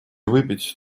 выпить